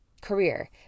career